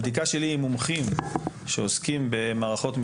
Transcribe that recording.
הבדיקה שלי עם מומחים שעוסקים במערכות מידע,